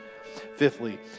Fifthly